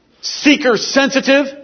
seeker-sensitive